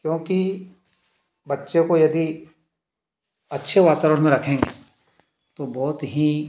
क्योंकि बच्चे को यदि अच्छे वातावरण में रखेंगे तो बहोत ही